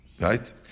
Right